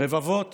רבבות